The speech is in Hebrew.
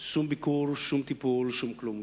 שום ביקור, שום טיפול ושום כלום.